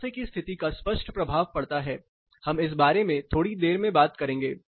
स्वास्थ्य की स्थिति का स्पष्ट प्रभाव पड़ता है हम इस बारे में थोड़ी देर में बात करेंगे